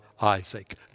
Isaac